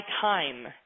time